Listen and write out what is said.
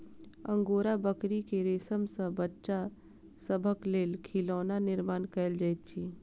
angora बकरी के रेशम सॅ बच्चा सभक लेल खिलौना निर्माण कयल जाइत अछि